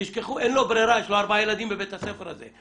אין לו ברירה, יש לו ארבעה ילדים בבית הספר הזה.